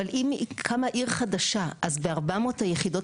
אבל אם קמה עיר חדשה אז ב-400 היחידות